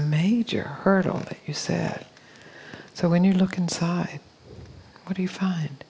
major hurdle you said so when you look inside what do you find